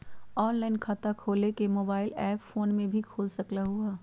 Online खाता खोले के मोबाइल ऐप फोन में भी खोल सकलहु ह?